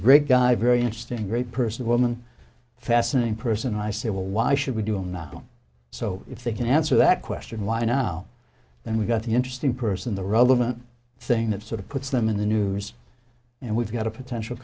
great guy very interesting great person a woman fascinating person and i said well why should we do now so if they can answer that question why now then we got the interesting person the relevant thing that sort of puts them in the news and we've got a potential